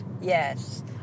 yes